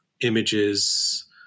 images